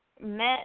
met